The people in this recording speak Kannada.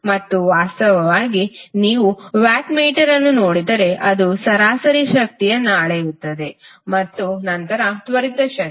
ಮತ್ತು ವಾಸ್ತವವಾಗಿ ನೀವು ವ್ಯಾಟ್ಮೀಟರ್ ಅನ್ನು ನೋಡಿದರೆ ಅದು ಸರಾಸರಿ ಶಕ್ತಿಯನ್ನು ಅಳೆಯುತ್ತದೆ ಮತ್ತು ನಂತರ ತ್ವರಿತ ಶಕ್ತಿ